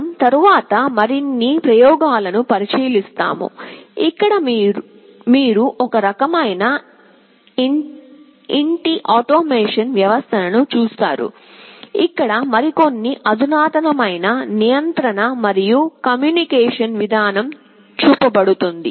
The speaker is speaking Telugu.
మనం తరువాత మరిన్ని ప్రయోగాలను పరిశీలిస్తాము ఇక్కడ మీరు ఒక రకమైన ఇంటి ఆటోమేషన్ వ్యవస్థను చూస్తారు ఇక్కడ మరికొన్ని అధునాతనమైన నియంత్రణ మరియు కమ్యూనికేషన్ విధానం చూపబడుతుంది